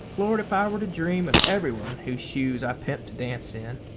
lord, if i were to dream of everyone whose shoes i primped to dance in!